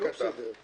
רק אתה.